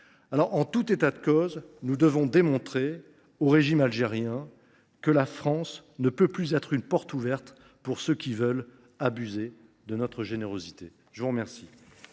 En tout état de cause, nous devons démontrer au régime algérien que la France ne peut plus ouvrir sa porte à ceux qui veulent abuser de notre générosité. La parole